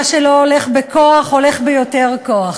מה שלא הולך בכוח, הולך ביותר כוח.